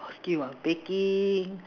skills ah baking